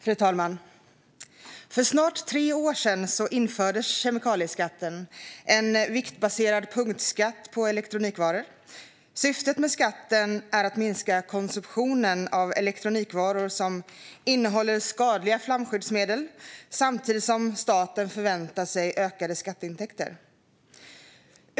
Fru talman! För snart tre år sedan infördes kemikalieskatten, en viktbaserad punktskatt på elektronikvaror. Syftet med skatten är att minska konsumtionen av elektronikvaror som innehåller skadliga flamskyddsmedel samtidigt som staten förväntar sig ökade skatteintäkter.